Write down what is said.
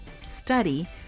study